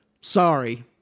Sorry